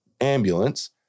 ambulance